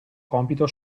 compito